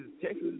Texas